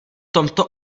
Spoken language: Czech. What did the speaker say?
tomto